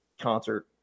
concert